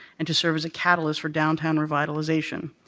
and to serve as a catalyst for downtown revitalization.